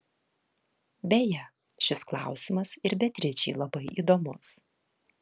beje šis klausimas ir beatričei labai įdomus